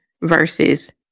verses